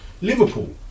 Liverpool